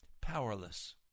powerless